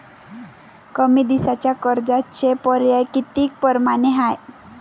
कमी दिसाच्या कर्जाचे पर्याय किती परमाने हाय?